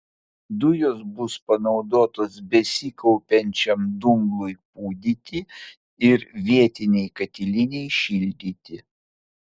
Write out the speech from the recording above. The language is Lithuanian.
dujos bus panaudotos besikaupiančiam dumblui pūdyti ir vietinei katilinei šildyti